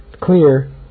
clear